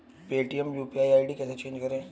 Paytm UPI ID कैसे change करें?